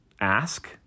ask